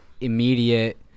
immediate